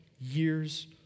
years